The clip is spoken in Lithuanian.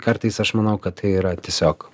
kartais aš manau kad tai yra tiesiog